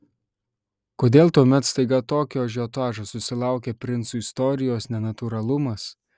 kodėl tuomet staiga tokio ažiotažo susilaukė princų istorijos nenatūralumas